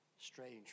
Strange